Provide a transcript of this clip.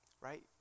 right